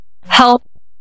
help